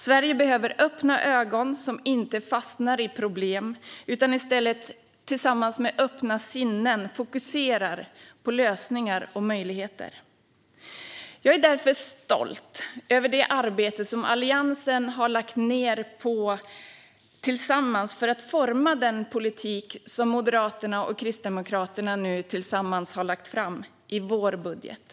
Sverige behöver öppna ögon som inte fastnar i problem utan i stället tillsammans med öppna sinnen fokuserar på lösningar och möjligheter. Jag är därför stolt över det arbete som Alliansen har lagt ned tillsammans för att forma den politik som Moderaterna och Kristdemokraterna nu tillsammans har lagt fram i vår budget.